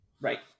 right